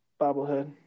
bobblehead